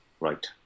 right